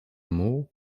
muł